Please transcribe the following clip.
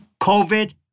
COVID